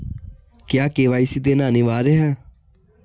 क्या के.वाई.सी देना अनिवार्य है?